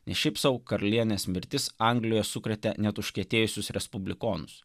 ne šiaip sau karalienės mirtis anglijoje sukrėtė net užkietėjusius respublikonus